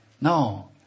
No